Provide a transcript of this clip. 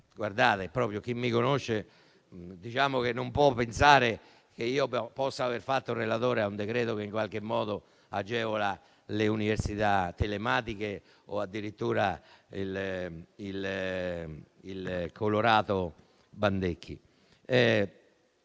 Bandecchi. Chi mi conosce non può pensare che io possa aver fatto il relatore su un provvedimento che in qualche modo agevola le università telematiche o addirittura il colorato Bandecchi.